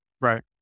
Right